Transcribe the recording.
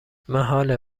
محاله